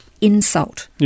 insult